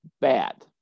bad